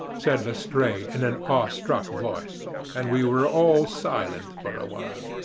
said lestrade, in an awe-struck voice and we were all silent for a while.